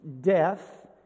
death